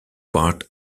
part